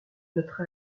notre